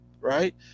right